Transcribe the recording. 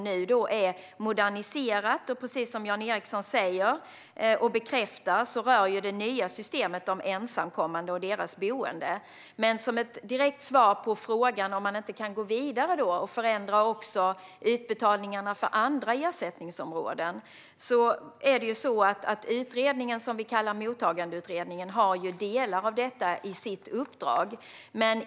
Nu har det moderniserats, och precis som Jan Ericson säger rör det nya systemet de ensamkommande och deras boende. Som ett direkt svar på frågan om man inte kan gå vidare och även förändra utbetalningarna för andra ersättningsområden kan jag berätta att den utredning som vi kallar Mottagandeutredningen har delar av detta i sitt uppdrag.